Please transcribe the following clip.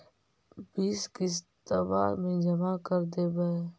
बिस किस्तवा मे जमा कर देवै?